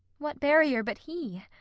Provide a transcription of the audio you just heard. what barrier but he?